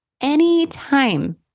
anytime